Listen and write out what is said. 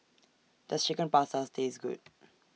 Does Chicken Pasta Taste Good